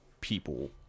people